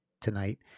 tonight